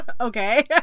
Okay